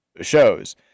shows